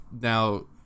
now